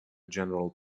general